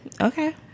Okay